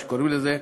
איך שקוראים לזה.